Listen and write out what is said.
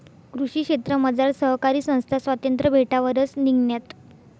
कृषी क्षेत्रमझार सहकारी संस्था स्वातंत्र्य भेटावरच निंघण्यात